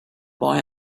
boy